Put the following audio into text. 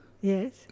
Yes